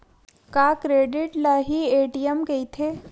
का क्रेडिट ल हि ए.टी.एम कहिथे?